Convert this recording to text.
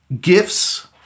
gifts